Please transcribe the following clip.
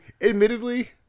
admittedly